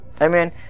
Amen